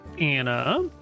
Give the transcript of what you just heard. Anna